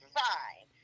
fine